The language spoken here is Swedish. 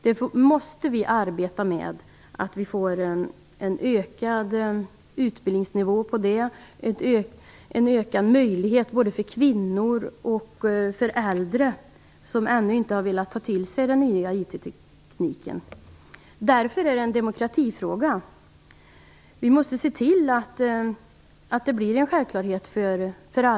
Vi måste arbeta med att utbildningsnivån höjs. Möjligheterna både för kvinnor och för äldre, som ännu inte har velat ta till sig den nya IT-tekniken, måste öka. Därför är detta en demokratifråga. Vi måste se till att detta blir en självklarhet för alla.